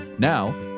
Now